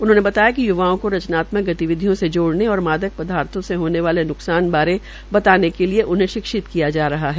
उन्होंने बताया कि युवाओं केा रचनात्मक गतिविधियों से जोड़न के लिए और मादक पदार्थो से होने वाले न्कसान बारे बताने के लिए उन्हें शिक्षित किया जा रहा है